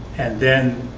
and then